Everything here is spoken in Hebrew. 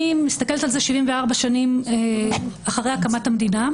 אני מסתכלת על זה 74 שנים אחרי הקמת המדינה,